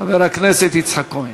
חבר הכנסת יצחק כהן.